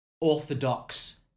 orthodox